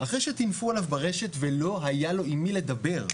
אחרי שטינפו עליו ברשת ולא היה לו עם מי לדבר.